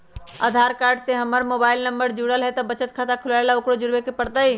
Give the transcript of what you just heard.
आधार card से हमर mobile number न जुरल है त बचत खाता खुलवा ला उकरो जुड़बे के पड़तई?